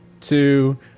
two